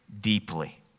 deeply